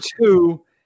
two